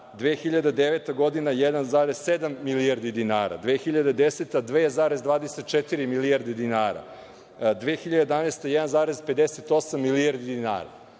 2009. godina 1,7 milijardi dinara, 2010. godine 2,24 milijarde dinara, 2011. godine 1,58 milijardi dinara.